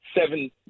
seven